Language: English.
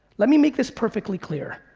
let me make this perfectly clear.